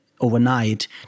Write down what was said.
overnight